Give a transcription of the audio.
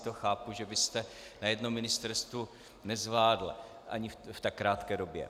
To chápu, že byste na jednom ministerstvu nezvládl v tak krátké době.